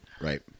right